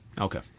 Okay